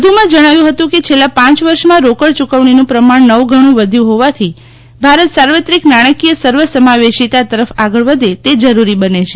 વધુમાં જણાવ્યું હતું કે છેલ્લાં પાંચ વર્ષમાં રોકડ ચૂકવણીનું પ્રમાણ નવ ગણું વધ્યું હોવાથી ભારત સાર્વત્રિક નાણાંકીય સર્વ સમાવેશીતાં તરફ આગળ વધે તે જરૂરી બને છે